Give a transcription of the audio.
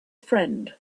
friend